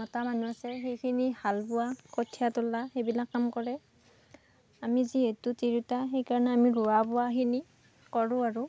মতা মানুহ আছে সেইখিনি হাল বোৱা কঠিয়া তোলা সেইবিলাক কাম কৰে আমি যিহেতু তিৰোতা সেইকাৰণে আমি ৰোৱা বোৱাখিনি কৰোঁ আৰু